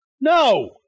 No